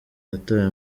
yatawe